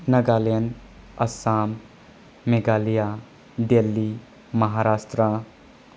Nagaland Assam Meghalaya Delhi Maharashtra